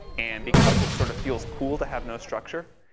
and, because it sort of feels cool to have no structure.